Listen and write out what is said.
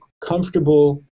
comfortable